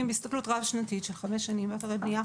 בהסתכלות רב-שנתית של חמש שנים באתרי בנייה